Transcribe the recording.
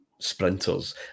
sprinters